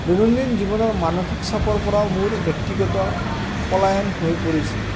দৈনন্দিন জীৱনৰ মানসিক চাপৰ পৰাও মোৰ ব্যক্তিগত পলায়ন হৈ পৰিছে